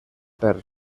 per